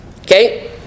Okay